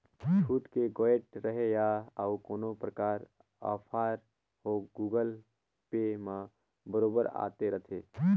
छुट के गोयठ रहें या अउ कोनो परकार आफर हो गुगल पे म बरोबर आते रथे